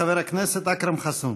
חבר הכנסת אכרם חסון.